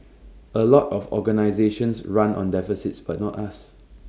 A lot of organisations run on deficits but not us